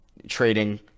trading